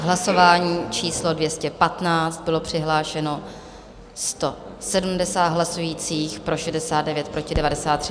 Hlasování číslo 215, přihlášeno 170 hlasujících, pro 69, proti 93.